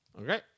Okay